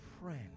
Friend